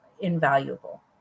invaluable